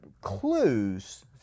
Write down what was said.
clues